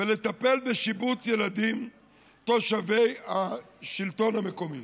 ולטפל בשיבוץ ילדים תושבי השלטון המקומי.